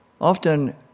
often